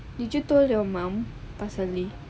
did you told your mom pasal ni